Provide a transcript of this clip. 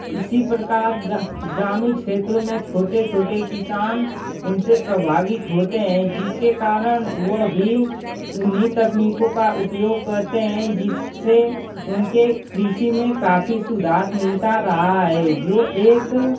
इसी प्रकार ग्रामीण क्षेत्रों में छोटे छोटे किसान उनसे प्रभावित होते हैं जिसके कारण वह भी उन्हीं तकनीकों का उपयोग करते हैं जिससे उनके कृषि में काफ़ी सुधार मिलता रहा है जो एक त्र